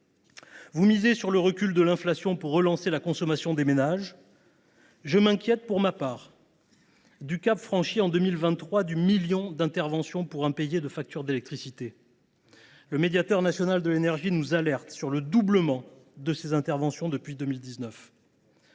Vous misez sur le recul de l’inflation pour relancer la consommation des ménages. Je m’inquiète, pour ma part, du cap du million d’interventions pour impayés de factures d’électricité, franchi en 2023 : le médiateur national de l’énergie nous alerte sur le doublement de ses interventions pour ce